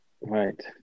Right